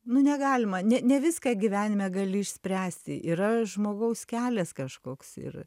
nu negalima ne ne viską gyvenime gali išspręsti yra žmogaus kelias kažkoks ir